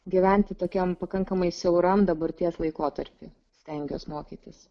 gyventi tokiam pakankamai siauram dabarties laikotarpy stengiuos mokytis